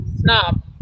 Snob